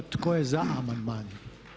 Tko je za amandman?